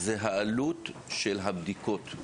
היא העלות של הבדיקות.